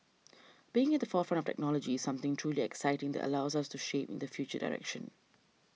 being at the forefront of technology something truly exciting that allows us to shape in the future direction